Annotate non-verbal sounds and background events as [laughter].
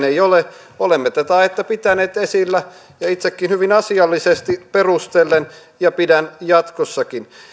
[unintelligible] ei ole olemme tätä aihetta pitäneet esillä ja itsekin hyvin asiallisesti perustellen ja pidän jatkossakin